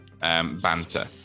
banter